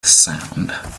sound